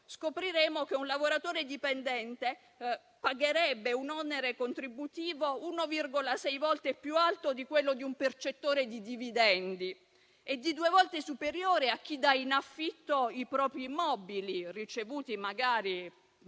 scopriremmo che un lavoratore dipendente pagherebbe un onere contributivo 1,6 volte più alto di quello di un percettore di dividendi, due volte superiore a quello di chi dà in affitto i propri immobili, ricevuti magari